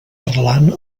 parlant